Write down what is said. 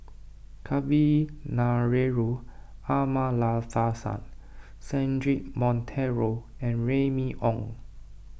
Kavignareru Amallathasan Cedric Monteiro and Remy Ong